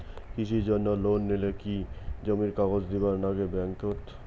কৃষির জন্যে লোন নিলে কি জমির কাগজ দিবার নাগে ব্যাংক ওত?